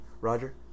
Roger